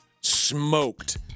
smoked